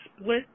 split